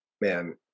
Man